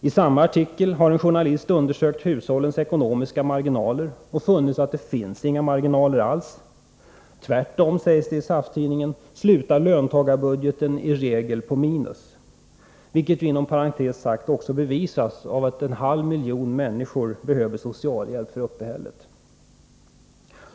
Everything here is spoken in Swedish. I samma artikel har en journalist undersökt hushållens ekonomiska marginaler och funnit att det inte finns några marginaler alls. Tvärtom, sägs det i SAF-tidningen, slutar löntagarbudgeten i regel på minus — vilket ju inom parentes sagt också bevisas av att en halv miljon människor behöver socialhjälp för sitt uppehälle.